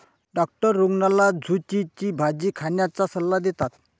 doctor रुग्णाला झुचीची भाजी खाण्याचा सल्ला देतात